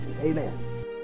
Amen